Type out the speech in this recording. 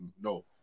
No